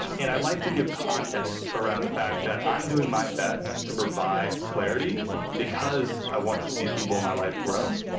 um and i like to give context around the fact that i'm doing my best to provide clarity because i want to see people in my life grow,